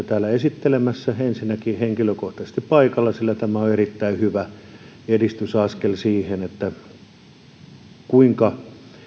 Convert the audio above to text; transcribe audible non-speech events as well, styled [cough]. [unintelligible] täällä esittelemässä henkilökohtaisesti paikalla sillä tämä on erittäin hyvä edistysaskel siihen kuinka